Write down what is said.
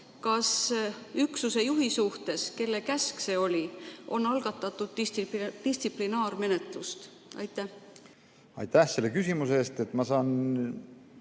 üksuse juhi suhtes, kelle käsk see oli, on algatatud distsiplinaarmenetlus? Aitäh selle küsimuse eest! Ma saan